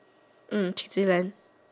mm kitty land